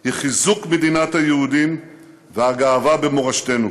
היא חיזוק מדינת היהודים וגאווה במורשתנו.